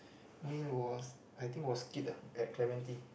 mean was I think was Skip lah at clementi